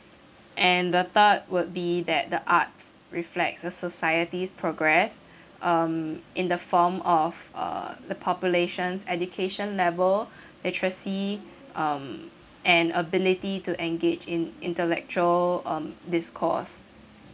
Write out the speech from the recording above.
and the third would be that arts reflect a society's progress um in the form of uh the population's education level literacy and um ability to engage in intellectual um discourse